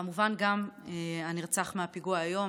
כמובן גם הנרצח מהפיגוע היום,